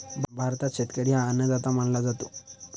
भारतात शेतकरी हा अन्नदाता मानला जातो